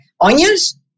onions